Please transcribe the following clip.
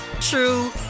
true